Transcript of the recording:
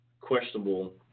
questionable